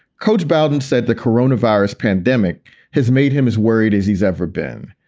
coach bowden said the corona virus pandemic has made him as worried as he's ever been.